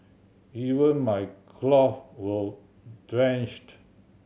even my clothe were drenched